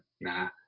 nah